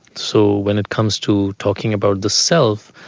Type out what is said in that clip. so when it comes to talking about the self,